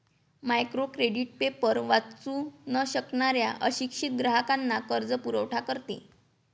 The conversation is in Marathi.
मायक्रो क्रेडिट पेपर वाचू न शकणाऱ्या अशिक्षित ग्राहकांना कर्जपुरवठा करते